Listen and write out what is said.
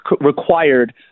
required